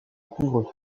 couvre